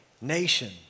nation